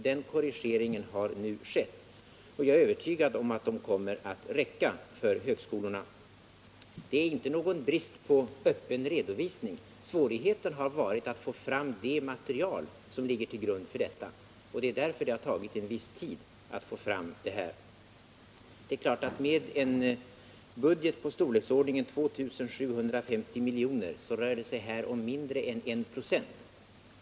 Den korrigeringen har nu skett, och jag är övertygad om att medlen skall kunna räcka för högskolorna. Det är inte någon brist på öppen redovisning. Svårigheten har varit att få fram det material som ligger till grund för beräkningen, och det är därför det har tagit en viss tid att göra denna korrigering. I en budget av storleksordningen 2 750 milj.kr. rör det sig här om mindre än 1 96.